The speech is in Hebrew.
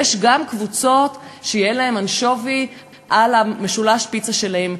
יש גם קבוצות שיהיה להם אנשובי על משולש הפיצה שלהם.